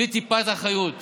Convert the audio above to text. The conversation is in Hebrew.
בלי טיפת אחריות